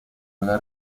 una